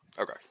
Okay